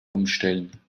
umstellen